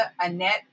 Annette